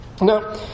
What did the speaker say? Now